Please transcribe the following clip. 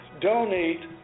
Donate